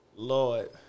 Lord